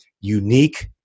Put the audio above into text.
unique